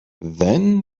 then